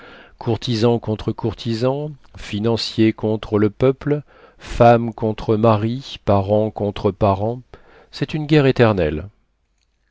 courtisans contre courtisans financiers contre le peuple femmes contre maris parents contre parents c'est une guerre éternelle